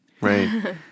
Right